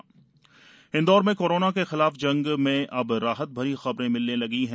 राहत भरी खबर इंदौर में कोरोना के खिलाफ जंग में अब राहत भरी खबरें मिलने लगी हैं